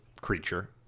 creature